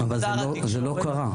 זה לא קרה.